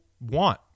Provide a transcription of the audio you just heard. want